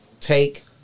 take